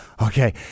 okay